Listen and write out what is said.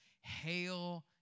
Hail